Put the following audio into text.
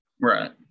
Right